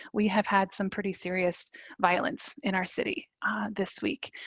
we have had some pretty serious violence in our city this week.